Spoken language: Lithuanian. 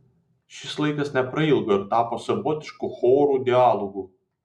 šis laikas neprailgo ir tapo savotišku chorų dialogu